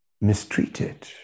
mistreated